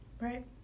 Right